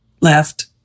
left